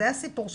זה הסיפור שלך,